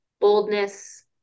boldness